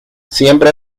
siempre